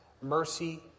mercy